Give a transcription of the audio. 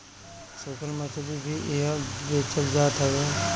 सुखल मछरी भी इहा बेचल जात हवे